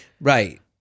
Right